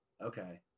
Okay